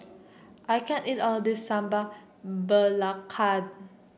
I can't eat all this Sambal Belacan